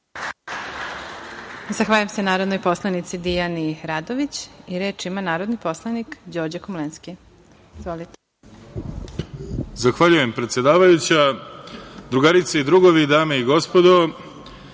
Zahvaljujem, predsedavajuća. Drugarice i drugovi, dame i gospodo,